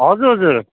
हजुर हजुर